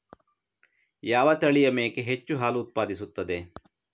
ಯಾವ ತಳಿಯ ಮೇಕೆ ಹೆಚ್ಚು ಹಾಲು ಉತ್ಪಾದಿಸುತ್ತದೆ?